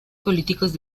políticos